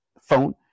phone